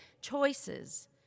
choices